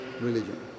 religion